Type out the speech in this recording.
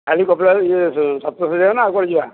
ଖାଲି କପିଳାସ ଶପ୍ତଶଯ୍ୟା ନା ଆଉ କୁଆଡ଼େ ଯିବା